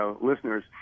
listeners